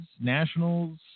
Nationals